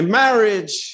marriage